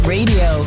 Radio